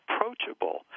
approachable